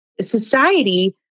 society